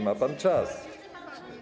Ma pan czas.